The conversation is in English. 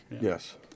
Yes